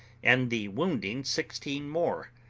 and the wounding sixteen more,